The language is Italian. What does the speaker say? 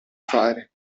fare